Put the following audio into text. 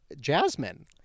Jasmine